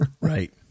right